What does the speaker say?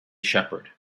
shepherd